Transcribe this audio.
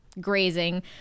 grazing